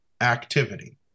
activity